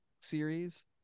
series